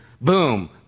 Boom